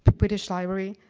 british library,